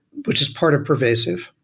which is part of pervasive.